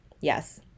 yes